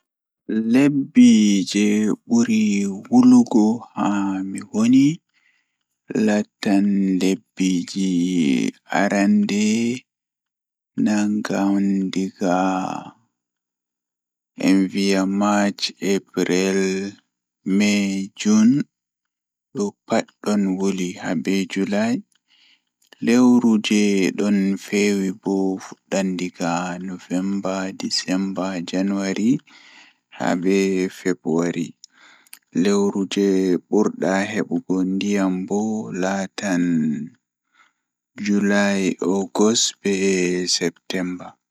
Lebbi jei buri wulugo haa mi woni latta lebbi arande nangan egaa en viya mach april mey jun pat don wuli habe julai lewru jei don feewi bo nangan nuvemba desemba janwari habe fabwari lewru jei burdaa hebugo ndiyam bo laatan julai ogos be septemba.